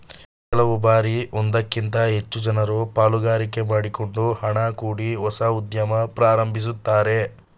ಕೆಲವು ಬಾರಿ ಒಂದಕ್ಕಿಂತ ಹೆಚ್ಚು ಜನರು ಪಾಲುಗಾರಿಕೆ ಮಾಡಿಕೊಂಡು ಹಣ ಹೂಡಿ ಹೊಸ ಉದ್ಯಮ ಪ್ರಾರಂಭಿಸುತ್ತಾರೆ